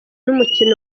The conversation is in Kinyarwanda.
n’umukino